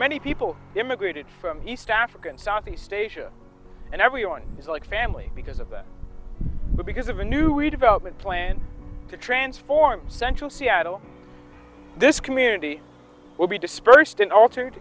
many people immigrated from east africa and southeast asia and everyone is like family because of that but because of a new redevelopment plan to transform central seattle this community will be dispersed and altered